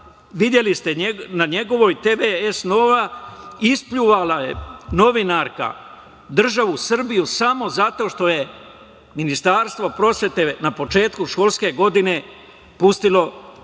Videli ste na njegovoj TV „S Nova“, ispljuvala je novinarka državu Srbiju samo zato što je Ministarstvo prosvete na početku školske godine pustilo „Bože